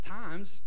times